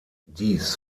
dies